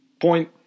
point